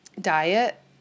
diet